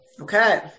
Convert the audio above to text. Okay